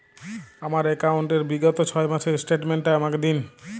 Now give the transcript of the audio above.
আমার অ্যাকাউন্ট র বিগত ছয় মাসের স্টেটমেন্ট টা আমাকে দিন?